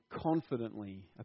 confidently